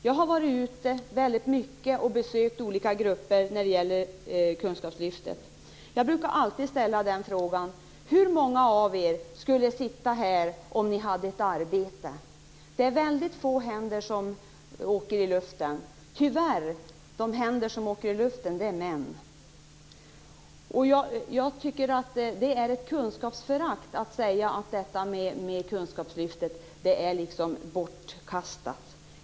Jag har rest mycket ute i landet och besökt olika grupper inom ramen för kunskapslyftet. Jag brukar fråga: Hur många av er skulle sitta här om ni hade ett arbete? Det har varit få händer i luften. De händer som åker i luften tillhör, tyvärr, män. Jag menar att det är att ge uttryck för kunskapsförakt om man säger att kunskapslyftet är bortkastat.